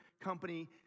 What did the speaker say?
company